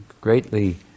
greatly